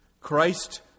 Christ